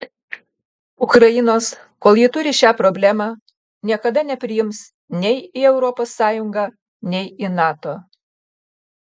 ukrainos kol ji turi šią problemą niekada nepriims nei į europos sąjungą nei į nato